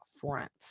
front